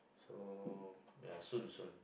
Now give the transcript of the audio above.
oh ya soon soon